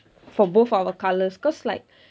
for both our colours cause like